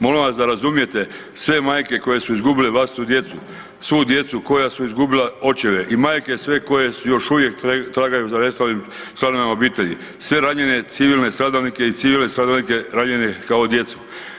Molim vas da razumijete sve majke koje su izgubile vlastitu djecu, svu djecu koja su izgubila očeve i majke sve koje još uvijek tragaju za nestalim članovim obitelji, sve ranjene civilne stradalnike i civile stradalnike ranjene kao djecu.